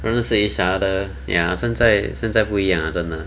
都是 see each other ya 现在现在不一样 ah 真的